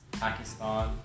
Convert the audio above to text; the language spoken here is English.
Pakistan